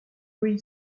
oui